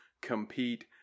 compete